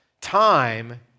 Time